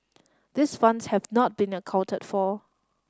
these funds have not been accounted for